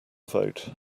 vote